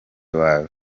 wawe